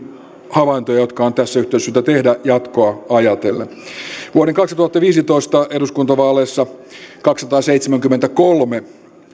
havaintoja jotka on tässä yhteydessä syytä tehdä jatkoa ajatellen vuoden kaksituhattaviisitoista eduskuntavaaleissa kaksisataaseitsemänkymmentäkolme